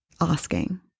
asking